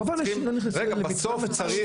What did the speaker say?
בסוף צריך